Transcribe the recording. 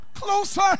closer